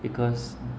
because